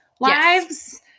lives